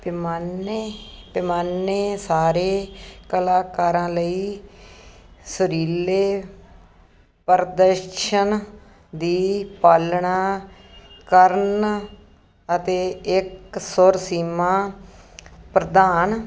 ਪੈਮਾਨੇ ਪੈਮਾਨੇ ਸਾਰੇ ਕਲਾਕਾਰਾਂ ਲਈ ਸੁਰੀਲੇ ਪ੍ਰਦਰਸ਼ਨ ਦੀ ਪਾਲਣਾ ਕਰਨ ਅਤੇ ਇਕਸੁਰ ਸੀਮਾ ਪ੍ਰਦਾਨ